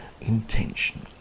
intention